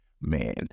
man